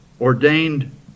ordained